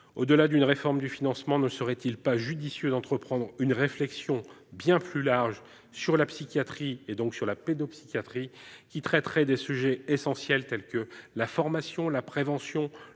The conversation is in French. Au-delà d'une réforme du financement, ne serait-il pas judicieux d'entreprendre une réflexion, bien plus large, sur la psychiatrie, et donc aussi sur la pédopsychiatrie, qui traiterait de sujets essentiels tels que la formation, la prévention,